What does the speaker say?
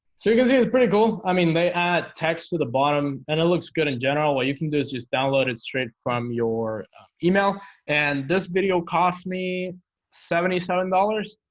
so you can see it's pretty cool i mean they add text to the bottom and it looks good in general what you can do is just download it straight from your email and this video cost me seventy seven dollars